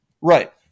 Right